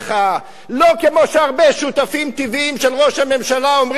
לא כמו שהרבה שותפים טבעיים של ראש הממשלה אומרים לו: תשלם,